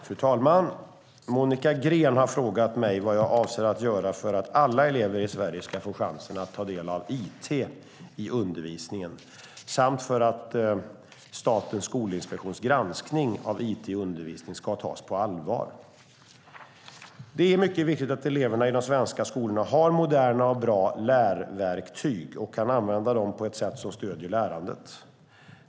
Fru talman! Monica Green har frågat mig vad jag avser att göra för att alla elever i Sverige ska få chansen att ta del av it i undervisningen samt för att Statens skolinspektions granskning av it i undervisningen ska tas på allvar. Det är mycket viktigt att eleverna i de svenska skolorna har moderna och bra lärverktyg och kan använda dem på ett sätt som stöder lärandet.